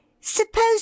Suppose